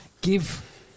give